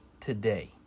today